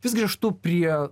vis grįžtu prie